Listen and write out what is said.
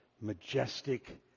majestic